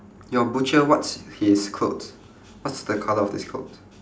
your butcher what's his clothes what's the colour of his clothes